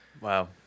Wow